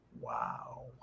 Wow